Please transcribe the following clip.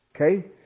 Okay